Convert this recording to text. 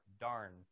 Darn